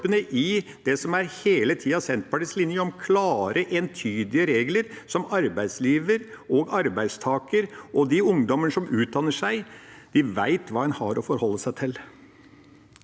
i det som hele tida er Senterpartiets linje om klare, entydige regler, slik at arbeidsgiver og arbeidstaker og de ungdommer som utdanner seg, vet hva de har å forholde seg til.